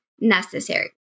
necessary